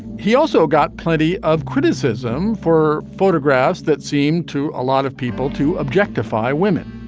he also got plenty of criticism for photographs that seemed to a lot of people to objectify women